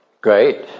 Great